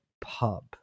Pub